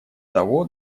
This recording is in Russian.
того